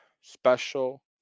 special